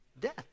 death